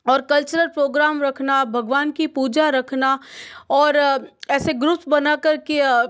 और cultural program रखना भगवान की पूजा रखना और ऐसे ग्रूप्स बनाकर के